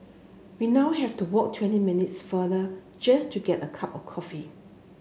we now have to walk twenty minutes futher just to get a cup of coffee